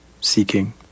seeking